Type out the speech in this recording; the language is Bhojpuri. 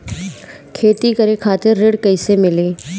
खेती करे खातिर ऋण कइसे मिली?